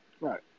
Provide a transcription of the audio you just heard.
Right